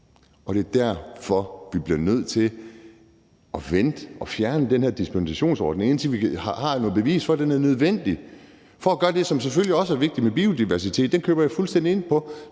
Det er derfor, vi bliver nødt til at vente og fjerne den her dispensationsordning, indtil vi har et bevis for, at den er nødvendig, for selvfølgelig også at kunne gøre det, som er vigtigt med hensyn til biodiversitet. Den køber jeg fuldstændig ind på